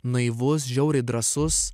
naivus žiauriai drąsus